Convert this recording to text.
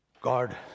God